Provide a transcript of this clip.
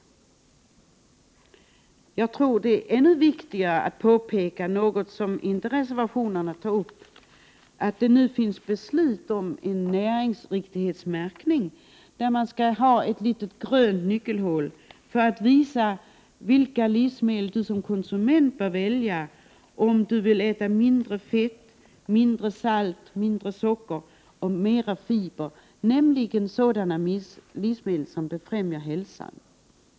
Viktigare tror jag att det är att påpeka något som inte tas upp i reservationerna, nämligen att det nu finns beslut om en näringsriktighetsmärkning, ett märke med ett litet grönt nyckelhål som anger vilka livsmedel du som konsument bör välja, om du vill äta mindre fett, mindre salt, mindre socker och mera fiber, alltså livsmedel som befrämjar hälsan.